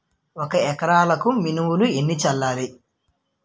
ఒక ఎకరాలకు మినువులు ఎన్ని చల్లాలి?